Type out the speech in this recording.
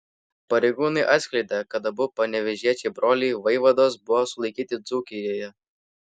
pareigūnai atskleidė kad abu panevėžiečiai broliai vaivados buvo sulaikyti dzūkijoje